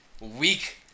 weak